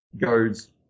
goes